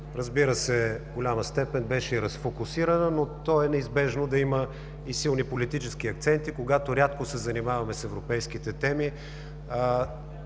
Разбира се, в голяма степен беше и разфокусирана, но то е неизбежно да има и силни политически акценти, когато рядко се занимаваме с европейските теми.